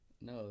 No